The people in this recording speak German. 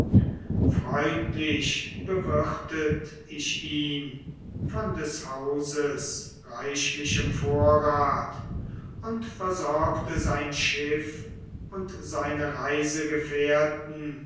freundlich bewirtet ich ihn von des hauses reichlichem vorrat und versorgte sein schiff und seine